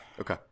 Okay